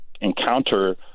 encounter